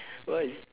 why